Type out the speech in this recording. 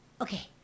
okay